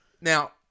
now